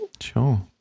Sure